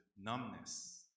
numbness